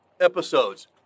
episodes